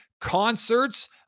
concerts